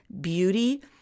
beauty